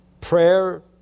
prayer